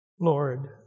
Lord